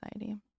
anxiety